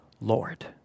Lord